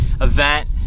event